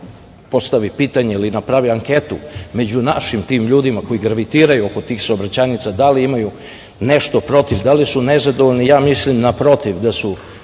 postavi pitanje, napravi anketu među tim našim ljudima koji gravitiraju oko tih saobraćajnica, da li imaju nešto protiv, da li su nezadovoljni, ja mislim da su